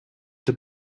the